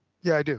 yeah,